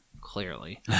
clearly